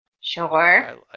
Sure